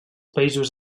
països